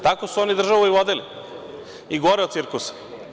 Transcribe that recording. Tako su oni i državu vodili, i gore od cirkusa.